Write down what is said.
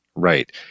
Right